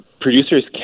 producers